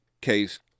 case